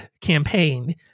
campaign